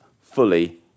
fully